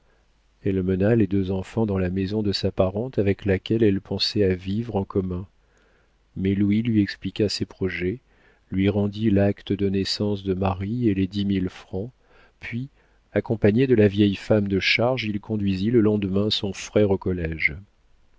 elle mena les deux enfants dans la maison de sa parente avec laquelle elle pensait à vivre en commun mais louis lui expliqua ses projets lui remit l'acte de naissance de marie et les dix mille francs puis accompagné de la vieille femme de charge il conduisit le lendemain son frère au collége